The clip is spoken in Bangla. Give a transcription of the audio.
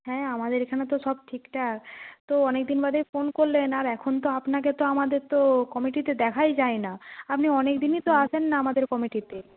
হ্যাঁ আমাদের এখানে তো সব ঠিকঠাক তো অনেক দিন বাদেই ফোন করলেন আর এখন তো আপনাকে তো আমাদের তো কমিটিতে দেখাই যায় না আপনি অনেক দিনই তো আসেন না আমাদের কমিটিতে